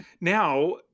now